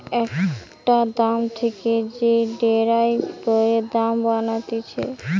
একটা দাম থেকে যে ডেরাইভ করে দাম বানাতিছে